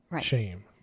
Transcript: shame